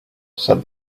said